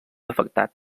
afectat